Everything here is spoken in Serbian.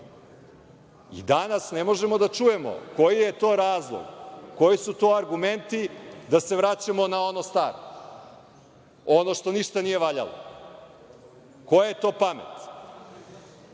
SNS.Danas ne možemo da čujemo koji je to razlog, koji su to argumenti da se vraćamo na ono staro, ono što ništa nije valjalo. Koja je to pamet? Mogu